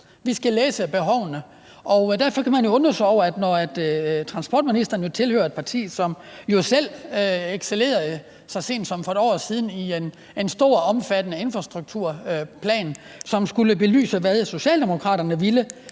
Vi skal læse behovene. Derfor kan man jo undre sig over det. Transportministeren tilhører jo selv et parti, som så sent som for et år siden selv excellerede med en stor og omfattende infrastrukturplan, som skulle belyse, hvad Socialdemokraterne ville